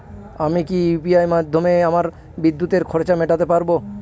আমি কি ইউ.পি.আই মাধ্যমে আমার বিদ্যুতের খরচা মেটাতে পারব?